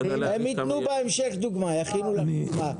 בהמשך הם ייתנו דוגמה.